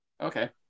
Okay